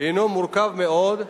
הינו מורכב מאוד,